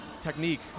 technique